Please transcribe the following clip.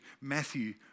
Matthew